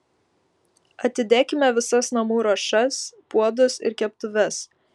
atidėkime visas namų ruošas puodus ir keptuves